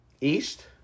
East